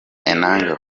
enanga